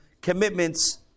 commitments